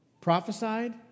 prophesied